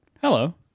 hello